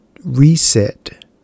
Reset